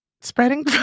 Spreading